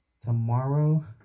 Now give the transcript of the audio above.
Tomorrow